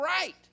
right